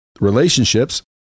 relationships